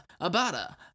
Abada